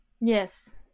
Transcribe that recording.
Yes